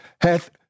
hath